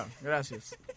gracias